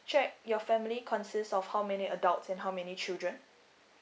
check your family consists of how many adults and how many children